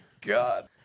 God